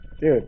Dude